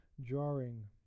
jarring